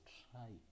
try